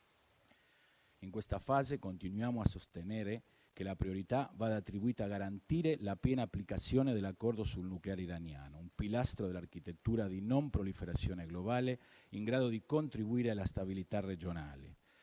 In questa fase continuiamo a sostenere che la priorità vada attribuita a garantire la piena applicazione dell'Accordo sul nucleare iraniano: un pilastro dell'architettura di non proliferazione globale, in grado di contribuire alla stabilità regionale.